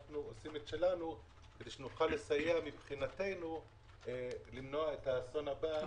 אנחנו עושים את שלנו כדי שנוכל לסייע מבחינתנו למנוע את האסון הבא,